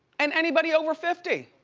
and anybody over fifty.